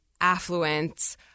affluence